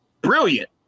brilliant